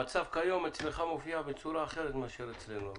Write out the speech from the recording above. המצב כיום אצלך מופיע בצורה אחרת מאשר אצלנו,